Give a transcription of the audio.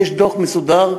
יש דוח מסודר,